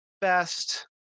best